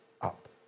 up